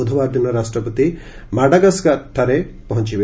ବୁଧବାର ଦିନ ରାଷ୍ଟ୍ରପତି ମାଡାଗାସ୍କାର୍ଠାରେ ପହଞ୍ଚିବେ